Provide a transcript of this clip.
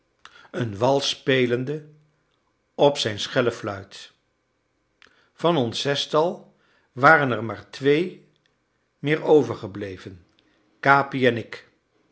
een wals spelende op zijn schelle fluit van ons zestal waren er maar twee meer overgebleven capi en ik